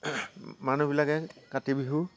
মানুহবিলাকে কাতি বিহু